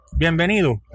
Bienvenido